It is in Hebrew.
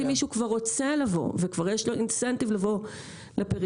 מישהו שכבר רוצה לבוא וכבר יש לו מוטיבציה לבוא לפריפריה,